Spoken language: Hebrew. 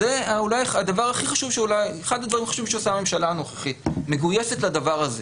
וזה אחד הדברים הכי חשובים שעושה הממשלה הנוכחית מגויסת לדבר הזה.